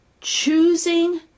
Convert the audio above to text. choosing